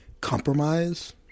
compromise